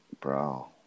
Bro